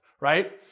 right